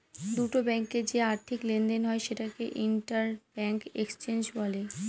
দুটো ব্যাঙ্কে যে আর্থিক লেনদেন হয় সেটাকে ইন্টার ব্যাঙ্ক এক্সচেঞ্জ বলে